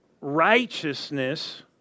righteousness